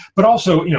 but also,